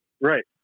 Right